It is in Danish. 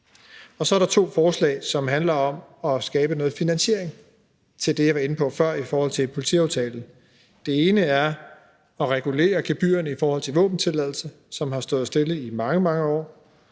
Og så er der to forslag, som handler om at skabe noget finansiering til det, jeg var inde på før, i forhold til politiaftalen. Det ene er at regulere gebyrerne i forhold til våbentilladelse, som har stået stille i mange, mange år,